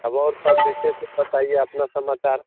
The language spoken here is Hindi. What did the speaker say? तब और सब विशेष बताइए अपना समाचार